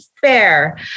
fair